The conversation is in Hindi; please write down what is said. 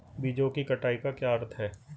बीजों की कटाई का क्या अर्थ है?